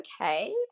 okay